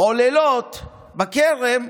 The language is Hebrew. "עוללות בכרם"